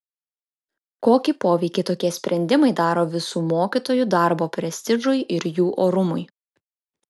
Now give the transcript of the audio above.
kokį poveikį tokie sprendimai daro visų mokytojų darbo prestižui ir jų orumui